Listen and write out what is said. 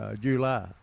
July